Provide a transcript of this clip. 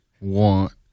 want